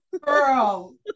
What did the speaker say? Girl